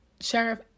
Sheriff